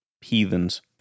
heathens